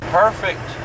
perfect